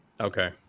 okay